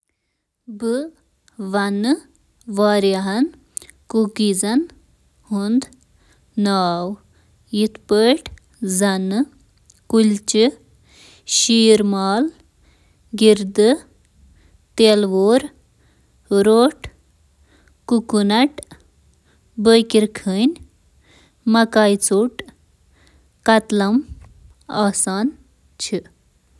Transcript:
کینٛہہ مشہوٗر کوکی ذائقن منٛز چھِ شٲمِل: چاکلیٹ چپ۔ مونگ پھلی مکھن۔ مونگ پھلی مکھن پھول۔ Double chocolate chip. Snickerdoodle. Sugar. Shortbread. Pumpkin.